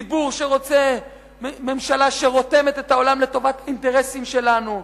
ציבור שרוצה ממשלה שרותמת את העולם לטובת האינטרסים שלנו.